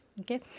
okay